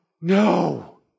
no